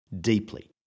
deeply